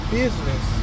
business